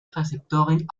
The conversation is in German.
rezeptoren